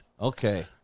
okay